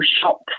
shop